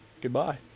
Goodbye